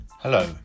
Hello